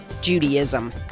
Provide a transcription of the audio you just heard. Judaism